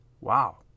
Wow